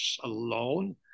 alone